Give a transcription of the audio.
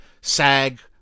SAG